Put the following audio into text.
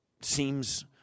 seems